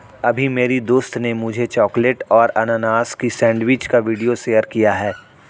अभी मेरी दोस्त ने मुझे चॉकलेट और अनानास की सेंडविच का वीडियो शेयर किया है